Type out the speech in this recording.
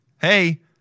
Hey